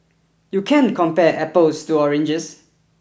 you can't compare apples to oranges